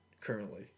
currently